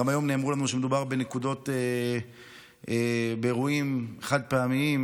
וגם היום נאמר לנו שמדובר בנקודות ובאירועים חד-פעמיים,